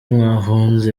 mwahunze